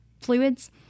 fluids